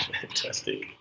Fantastic